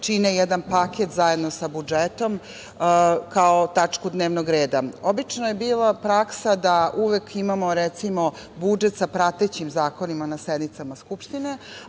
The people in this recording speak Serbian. čine jedan paket, zajedno sa budžetom, kao tačku dnevnog reda. Obično je bila praksa da uvek imamo, recimo, budžet sa pratećim zakonima na sednicama Skupštine,